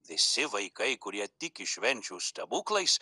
visi vaikai kurie tiki švenčių stebuklais